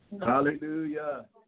Hallelujah